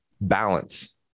balance